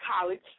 College